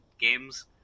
Games